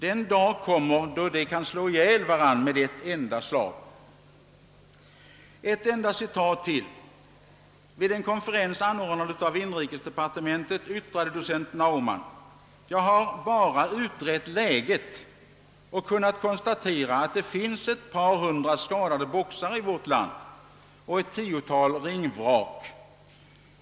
Den dag kommer då de kan slå ihjäl varann med ett enda slag!» Ett enda citat till: »Vid en konferens, anordnad av inrikesdepartementet, yttrade docent Naumann: »Jag har bara utrett läget och kunnat konstatera att det finns ett par hundra skadade boxare i vårt land och ett tiotal ringvrak.